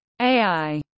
AI